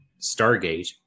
Stargate